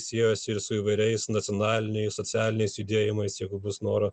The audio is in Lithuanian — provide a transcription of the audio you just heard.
siejasi ir su įvairiais nacionaliniais socialiniais judėjimais jeigu bus noro